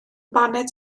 baned